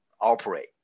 operate